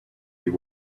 you